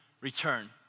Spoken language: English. return